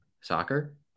Soccer